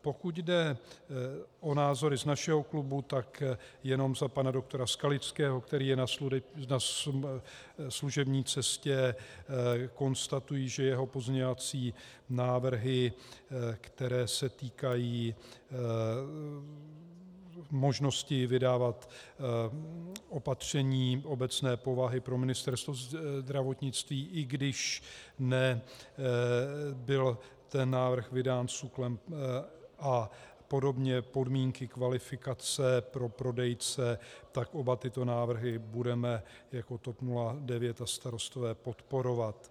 Pokud jde o názory z našeho klubu, tak jenom za pana dr. Skalického, který je na služební cestě, konstatuji, že jeho pozměňovací návrhy, které se týkají možnosti vydávat opatření obecné povahy pro Ministerstvo zdravotnictví, i když nebyl ten návrh vydán SÚKLem apod., podmínky kvalifikace pro prodejce, tak oba tyto návrhy budeme jako TOP 09 a Starostové podporovat.